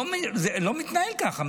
זה לא מתנהל ככה,